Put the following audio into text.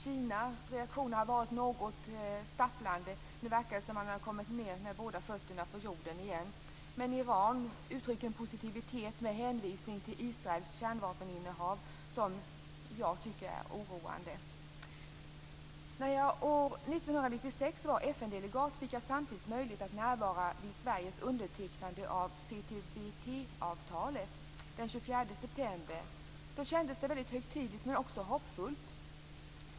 Kinas reaktioner har varit något vacklande, men det verkar som om man har kommit ned med båda fötterna på jorden igen. Iran uttrycker däremot en positivitet med hänvisning till Israels kärnvapeninnehav, som jag tycker är oroande. När jag år 1996 var FN-delegat fick jag möjlighet att närvara vid Sveriges undertecknande den 24 september av CTBT-avtalet. Det kändes väldigt högtidligt men också hoppfullt.